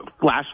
flash